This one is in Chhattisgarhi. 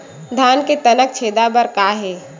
धान के तनक छेदा बर का हे?